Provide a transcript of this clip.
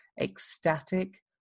ecstatic